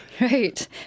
Right